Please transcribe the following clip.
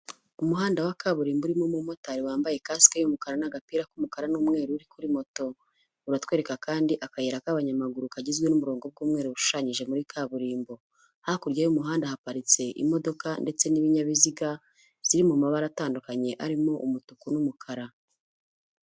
Umuhanda wa kaburimbo urimo umumotari wambaye kaseke y'umukara n'agapira k'umukara n'umweru uri kuri moto, uratwereka kandi akayira k'abanyamaguru kagizwe n'uburongo bw'umweru bushushanyije muri kaburimbo, hakurya y'umuhanda haparitse imodoka ndetse n'ibinyabiziga biri mu mabara atandukanye, arimo umutuku n'umukara.